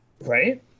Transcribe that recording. Right